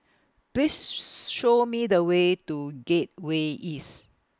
Please Show Me The Way to Gateway East